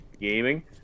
gaming